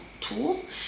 tools